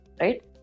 right